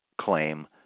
claim